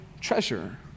treasure